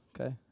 Okay